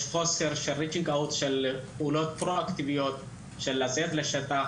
יש חוסר בפעולות פרואקטיביות של יציאה לשטח